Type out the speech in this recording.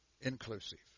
inclusive